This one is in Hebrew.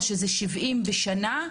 או שזה 70 בשנה,